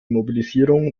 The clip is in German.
mobilisierung